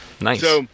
Nice